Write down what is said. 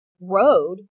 road